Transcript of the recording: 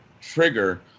trigger